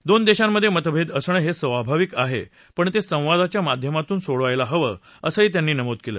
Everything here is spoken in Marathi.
दोन देशांमध्ये मतभेद असणं हे स्वाभाविक आहे पण ते संवादाच्या माध्यमातून सोडवायला हवेत असंही त्यांनी नमूद केलं